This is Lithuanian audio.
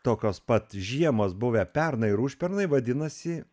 tokios pat žiemos buvę pernai ir užpernai vadinasi